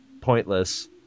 pointless